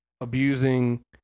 abusing